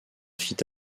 fit